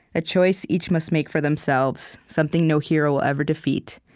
a choice each must make for themselves, something no hero will ever defeat.